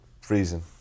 freezing